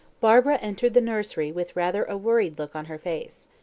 barbara entered the nursery with rather a worried look on her face.